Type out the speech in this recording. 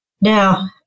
Now